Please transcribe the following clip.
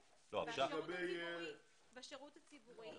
כן, יש העדפה מתקנת בשירות הציבורי.